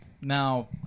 now